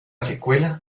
secuela